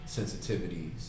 sensitivities